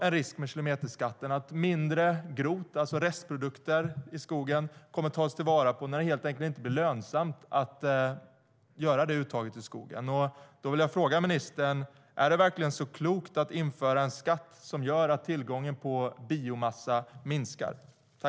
En risk med kilometerskatten är även att mindre grot, alltså restprodukter, i skogen kommer att tas till vara när det helt enkelt inte blir lönsamt att göra detta uttag i skogen.